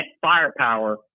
Firepower